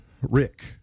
Rick